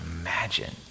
imagine